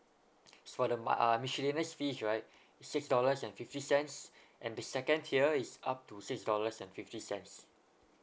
as for the mon~ ah miscellaneous fees right is six dollars and fifty cents and the second tier is up to six dollars and fifty cents